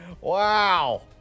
wow